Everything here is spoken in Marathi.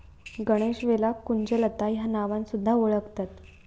गणेशवेलाक कुंजलता ह्या नावान सुध्दा वोळखतत